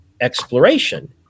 exploration